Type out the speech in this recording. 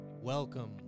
Welcome